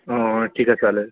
हं ठीकए चालेल